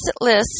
list